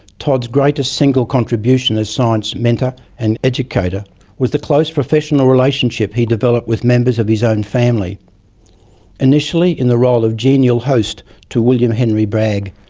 todd's greatest single contribution as science mentor and educator was the close professional relationship he developed with members of his own family initially in the role of genial host to william henry bragg,